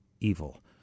evil